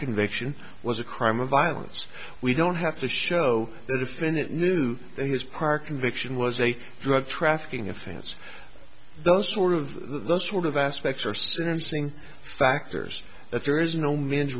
conviction was a crime of violence we don't have to show the defendant knew that his park conviction was a drug trafficking offense those sort of those sort of aspects or sentencing factors that there is no m